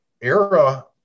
era